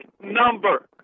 number